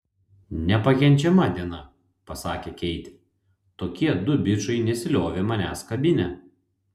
nepakenčiama diena pasakė keitė tokie du bičai nesiliovė manęs kabinę